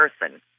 person